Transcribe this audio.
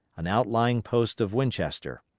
an outlying post of winchester.